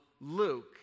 Luke